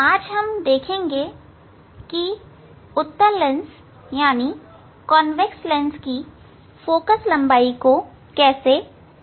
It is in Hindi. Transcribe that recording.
आज हम देखेंगे कि उत्तल लेंस की फोकस लंबाई को कैसे मापते हैं